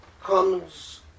comes